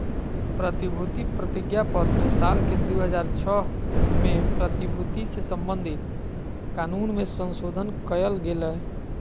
प्रतिभूति प्रतिज्ञापत्र साल के दू हज़ार छह में प्रतिभूति से संबधित कानून मे संशोधन कयल गेलय